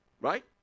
Right